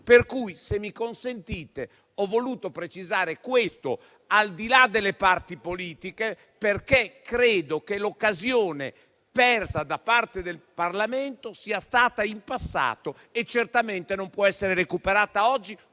Parlamento. Se mi consentite, ho voluto precisare questo, al di là delle parti politiche, perché credo che l'occasione persa da parte del Parlamento sia stata in passato e certamente non possa essere recuperata oggi